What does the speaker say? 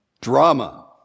drama